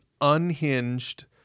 unhinged